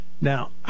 now